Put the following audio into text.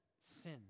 sin